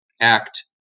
act